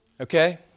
Okay